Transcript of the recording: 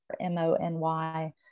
M-O-N-Y